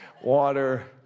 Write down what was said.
water